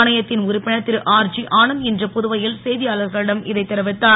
ஆணையத்தின் உறுப்பினர் திரு ஆர்ஜி ஆனந்த் இன்று புதுவையில் செய்தியாளர்களிடம் இதைத் தெரிவித்தார்